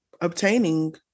obtaining